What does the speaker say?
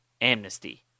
amnesty